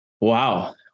Wow